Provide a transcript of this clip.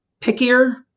pickier